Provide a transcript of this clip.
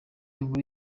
inkuru